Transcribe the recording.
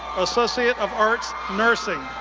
associate of arts, nursing.